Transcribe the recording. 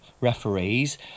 referees